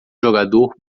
jogador